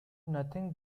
nothing